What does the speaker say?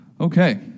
Okay